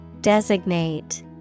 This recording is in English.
Designate